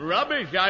Rubbish